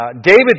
David